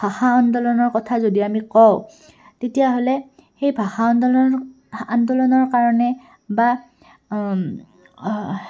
ভাষা আন্দোলনৰ কথা যদি আমি কওঁ তেতিয়াহ'লে সেই ভাষা আন্দোলন আন্দোলনৰ কাৰণে বা